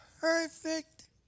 perfect